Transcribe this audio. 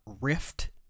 rift